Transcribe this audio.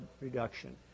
reduction